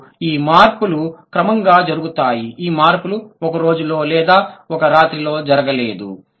మరియు ఈ మార్పులు క్రమంగా జరుగుతాయి ఈ మార్పులు ఒక రోజులో లేదా ఒక్క రాత్రి లో జరగలేదు